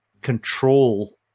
control